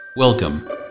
Welcome